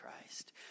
Christ